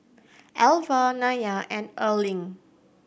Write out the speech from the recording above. Elva Nylah and Erling